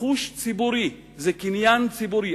רכוש ציבורי, זה קניין ציבורי.